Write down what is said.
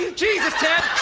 ah jesus ted!